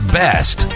best